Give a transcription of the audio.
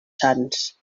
sants